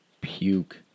puke